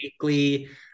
weekly